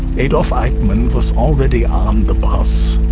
adolph eichmann was already on the bus.